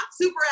super